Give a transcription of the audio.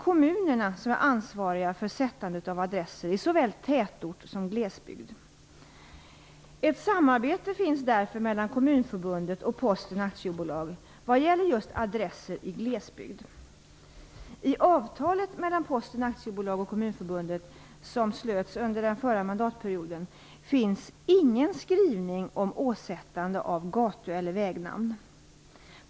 Kommunerna är ansvariga för sättandet av adresser i såväl tätort som glesbygd. Ett samarbete finns därför mellan Kommunförbundet och Posten AB vad gäller just adresser i glesbygd. I avtalet mellan Posten AB och Kommunförbundet, som slöts under förra mandatperioden, finns ingen skrivning om åsättande av gatu eller vägnamn.